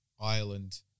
Ireland